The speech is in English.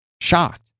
Shocked